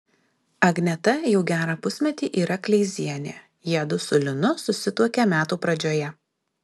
agneta jau gerą pusmetį yra kleizienė jiedu su linu susituokė metų pradžioje